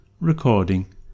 Recording